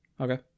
okay